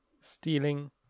stealing